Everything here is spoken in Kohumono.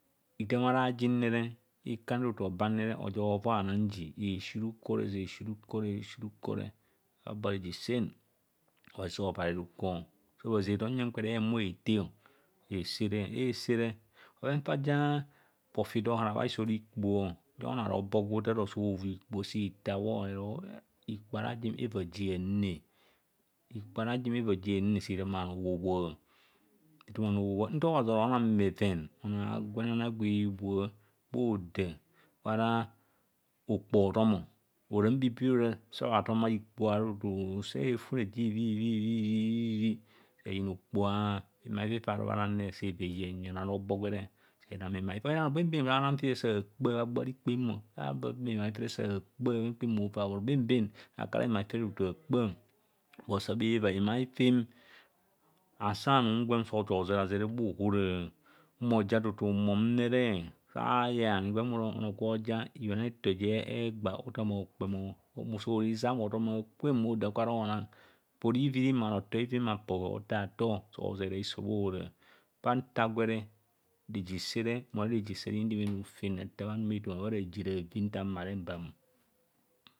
Ithaam ara jim nre ji kani tutu obam oja ovoi anaag ji se esi ruko. Se esi ruko se esi ruko so oba reje sen obhazi so ovaare ruko. Sa bhazeb do. Huyang kwe era ehumo ete bhoven fa ja. Bhofi do rahara. Bhaiso ora ikpoho. Ja onoo a robor. Gwere o thaaro. So ovua ikpoho sa. Ithabho, ero hao, ikpoho. Ara jim eva ji hanneng ikpoho ara jim. Era ji hanneng sa ethama bhanoo. Hobhobhoa, ethaama. Bhanoo hobhobhoa. Nta obhazi oro onang. Bheven onoo agwene. Gwe ebhoa bho odaa. Gweora okpoho hofffomo. Ora mbibiri ora. Sabho thomai ikpoho. Tutu tutu se efune ji ivivini. Se eyina okpoho a bhimai. Fe fara bhanang re sa eva. Eya onoo a robo gwere. Bhe enang. Bhimai fire o. Oyina bhanoo benben. Fa bhanang fiire sa akpa. Benben sa aka ku ara bhimai. Fim tu tu amasa akpa. But asa bheva bhimai. Fim aso. Anum gwem sa. Oza ozere azere bha. Ohora. Mo oja tu tu mom nrere sa ayeng ani gwen ore ono gwe oja ibhen etor ja egba othanga hokpem ohumo osa ora izam opa ora virima aro atoo apa hohab ohato, so gwere iso bhaohira. Bha nta gwere, reje sere. Maora reje sa rindemene. Rofem rettaa